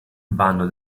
vanno